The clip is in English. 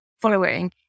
following